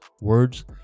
words